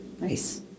Nice